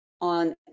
on